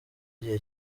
igihe